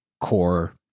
core